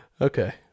Okay